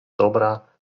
dobra